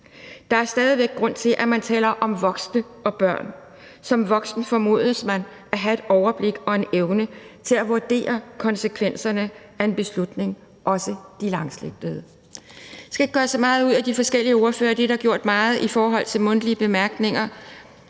Der er stadig væk grund til, at man taler om voksne og børn. Som voksen formodes man at have et overblik og en evne til at vurdere konsekvenserne af en beslutning, også de langsigtede. Kl. 20:07 Jeg skal ikke gøre så meget ud af de forskellige ordførertaler. De er blevet kommenteret gennem de korte bemærkninger.